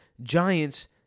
Giants